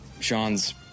Sean's